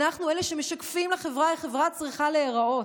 אנחנו אלה שמשקפים לחברה איך חברה צריכה להיראות,